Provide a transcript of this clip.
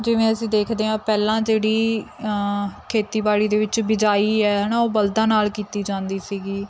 ਜਿਵੇਂ ਅਸੀਂ ਦੇਖਦੇ ਹਾਂ ਪਹਿਲਾਂ ਜਿਹੜੀ ਖੇਤੀਬਾੜੀ ਦੇ ਵਿੱਚ ਬਿਜਾਈ ਹੈ ਹੈ ਨਾ ਉਹ ਬਲਦਾਂ ਨਾਲ ਕੀਤੀ ਜਾਂਦੀ ਸੀਗੀ